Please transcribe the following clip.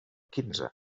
quinze